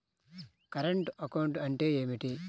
Current account అంటే ఏమిటి?